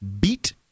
beat